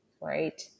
right